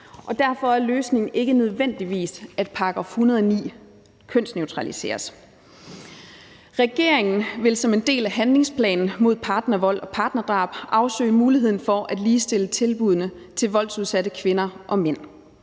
derfor er løsningen ikke nødvendigvis, at § 109 kønsneutraliseres. Regeringen vil som en del af handlingsplanen mod partnervold og partnerdrab afsøge muligheden for at ligestille tilbuddene til voldsudsatte kvinder og mænd.